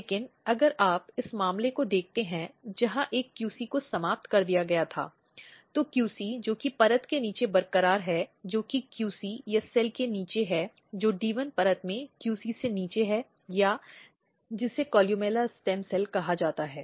लेकिन अगर आप इस मामले को देखते हैं जहां एक QC को ऐब्लेटट कर दिया गया था QC जो कि परत के नीचे बरकरार है जो कि QC या सेल के नीचे है जो D 1 परत में QC से नीचे है या जिसे कॉलुमेला स्टेम सेल कहा जाता है